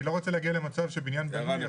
אני לא רוצה להגיע למצב שבניין --- ופתאום